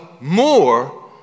more